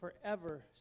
forever